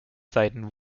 seiten